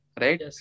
right